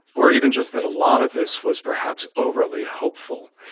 or even just that a lot of this was perhaps overly hopeful.